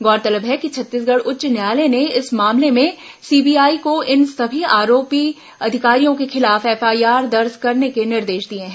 गौरतलब है कि छत्तीसगढ़ उच्च न्यायालय ने इस मामले में सीबीआई को इन सभी आरोपी अधिकारियों के खिलाफ एफआईआर दर्ज करने के निर्देश दिए हैं